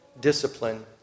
discipline